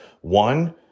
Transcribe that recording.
One